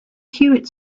hewitt